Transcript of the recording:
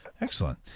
Excellent